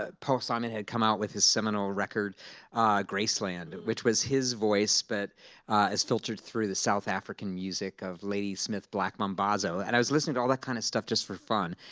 ah paul simon had come out with his seminal record graceland, which was his voice but it's filtered through the south african music of ladysmith black mambazo. and i was listening to all that kind of stuff just for fun.